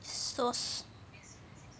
sus